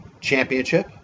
championship